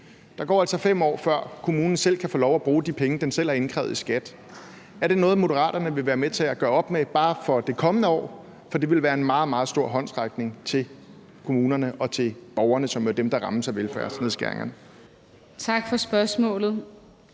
Der går altså 5 år, før kommunen selv kan få lov til at bruge de penge, den selv har indkrævet i skat. Er det noget, Moderaterne vil være med til at gøre op med bare for det kommende år, for det ville være en meget, meget stor håndsrækning til kommunerne og til borgerne, som jo er dem, der rammes af velfærdsnedskæringerne? Kl. 11:48 Tredje